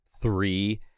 three